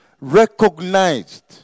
recognized